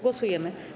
Głosujemy.